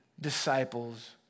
disciples